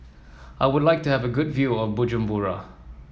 I would like to have a good view of Bujumbura